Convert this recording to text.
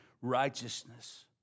righteousness